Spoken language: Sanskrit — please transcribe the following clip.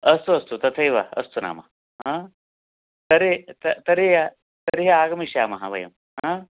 अस्तु अस्तु तथैव अस्तु नाम आ तर्हि त तर्हि तर्हि आगमिष्यामः वयं आ